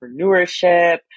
entrepreneurship